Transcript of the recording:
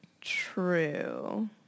True